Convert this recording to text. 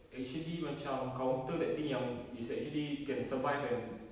actually macam counter that thing yang is actually can survive and